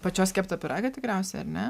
pačios keptą pyragą tikriausiai ar ne